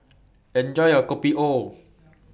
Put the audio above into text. Enjoy your Kopi O